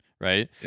right